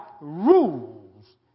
rules